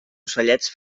ocellets